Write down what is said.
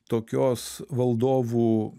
tokios valdovų